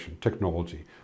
technology